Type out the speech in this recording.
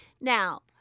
Now